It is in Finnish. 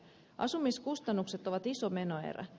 asumiskustannukset ovat iso menoerä